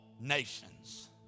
nations